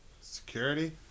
Security